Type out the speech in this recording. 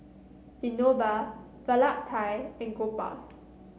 Vinoba Vallabhbhai and Gopal